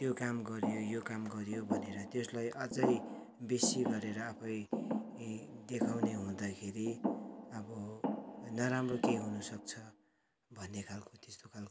त्यो काम गऱ्यो यो काम गऱ्यो भनेर त्यसलाई अझै बेसी गरेर आफै देखाउने हुँदाखेरि अब नराम्रो केही हुन सक्छ भन्ने खालको त्यसतो खालको